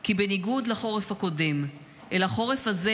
כי בניגוד לחורף הקודם אל החורף הזה